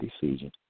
decision